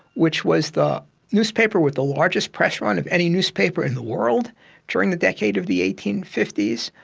which was the newspaper with the largest press run of any newspaper in the world during the decade of the eighteen fifty s.